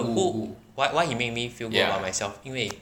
no who why he make me feel good about myself 因为